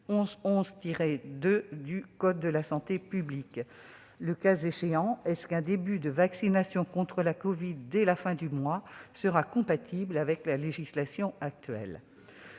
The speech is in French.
1111-2 du code de la santé publique ? Le cas échéant, un début de vaccination contre le covid-19 dès la fin du mois sera-t-il compatible avec la législation actuelle ?